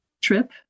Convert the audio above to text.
trip